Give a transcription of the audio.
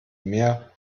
mär